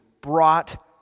brought